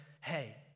hey